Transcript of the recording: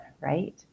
right